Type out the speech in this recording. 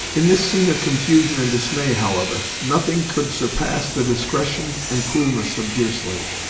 in this scene of confusion and dismay, however, nothing could surpass the discretion and coolness of deerslayer.